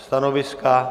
Stanoviska!